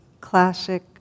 classic